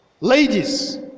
Ladies